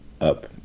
up